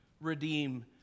redeem